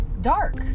dark